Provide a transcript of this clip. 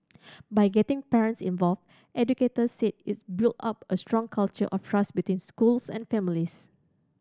by getting parents involved educators said it build up a strong culture of trust between schools and families